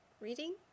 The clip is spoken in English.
reading